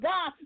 God